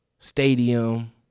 Stadium